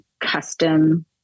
custom